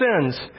sins